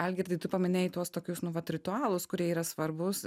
algirdai tu paminėjai tuos tokius nu vat ritualus kurie yra svarbūs